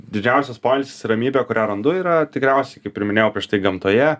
didžiausias poilsis ramybė kurią randu yra tikriausiai kaip ir minėjau prieš tai gamtoje